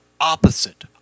opposite